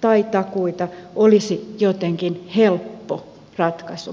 tai takuita olisi jotenkin helppo ratkaisu